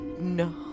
No